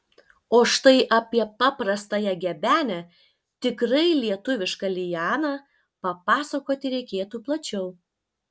o štai apie paprastąją gebenę tikrai lietuvišką lianą papasakoti reikėtų plačiau